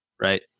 right